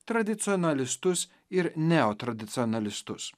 tradicionalistus ir neotradicionalistus